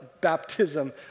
baptism